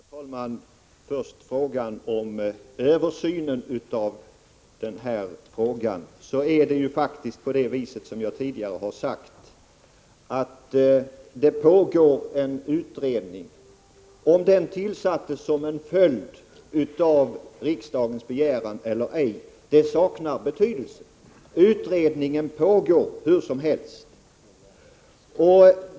Herr talman! Till att börja med: När det gäller frågan om översynen av fastighetstaxeringen är det faktiskt på det viset, som jag tidigare har sagt, att det pågår en utredning. Om den tillsattes som en följd av riksdagens begäran eller ej saknar betydelse. Utredningen pågår hur som helst.